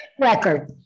Record